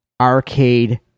arcade